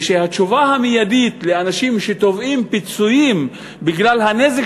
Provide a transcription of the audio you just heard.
ושהתשובה המיידית לאנשים שתובעים פיצויים בגלל הנזק